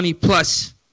plus